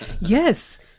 Yes